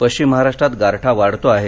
पश्चिम महाराष्ट्रात गारठा वाढतो आहे